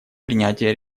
принятия